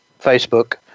Facebook